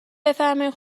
بفرمایین